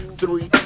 three